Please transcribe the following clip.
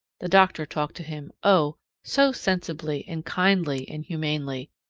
the doctor talked to him, oh, so sensibly and kindly and humanely!